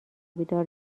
بیدار